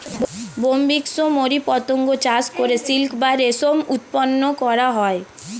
Bombyx mori পতঙ্গ চাষ করে সিল্ক বা রেশম উৎপন্ন করা হয়